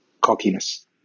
cockiness